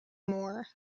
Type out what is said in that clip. more